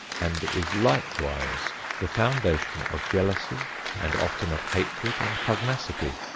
and is likewise the foundation of jealousy and often of hatred and pugnacity.